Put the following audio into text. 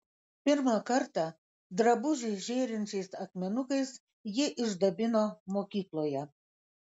pirmą kartą drabužį žėrinčiais akmenukais ji išdabino mokykloje